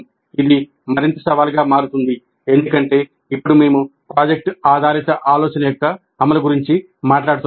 ఇది మరింత సవాలుగా మారుతుంది ఎందుకంటే ఇప్పుడు మేము ప్రాజెక్ట్ ఆధారిత ఆలోచన యొక్క అమలు గురించి మాట్లాడుతున్నాము